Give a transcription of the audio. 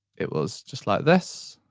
it was just like this.